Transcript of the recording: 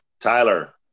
Tyler